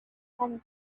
money